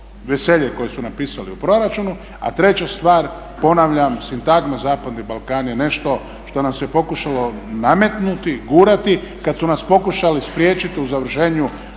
veselje koje su napisali u proračunu, a treća stvar ponavljam sintagma zapadni Balkan je nešto što nam se pokušalo nametnuti, gurati kad su nas pokušali spriječit u završenju